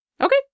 Okay